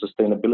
sustainability